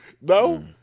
No